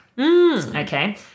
Okay